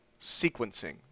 Sequencing